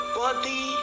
body